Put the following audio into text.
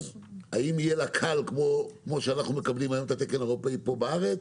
האם יהיה לה קל כמו שאנחנו מקבלים היום את התקן האירופאי פה בארץ